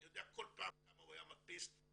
אני יודע כמה הוא היה מדפיס כל פעם,